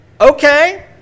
Okay